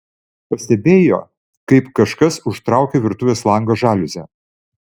pastebėjo kaip kažkas užtraukė virtuvės lango žaliuzę